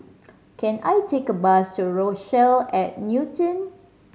can I take a bus to Rochelle at Newton